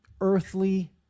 earthly